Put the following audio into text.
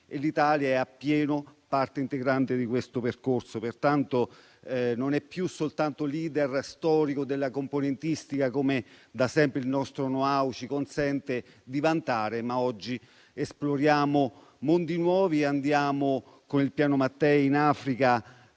e l'Italia è appieno parte integrante di questo percorso; pertanto non è più soltanto *leader* storico della componentistica, come da sempre il nostro *know-how* ci consente di vantare, ma oggi esploriamo mondi nuovi; andiamo con il Piano Mattei in Africa,